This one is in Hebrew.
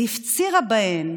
היא הפצירה בהן,